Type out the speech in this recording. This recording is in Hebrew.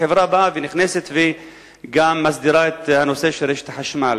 החברה באה ונכנסת וגם מסדירה את רשת החשמל.